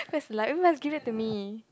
that's like oh let's give it to me